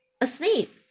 asleep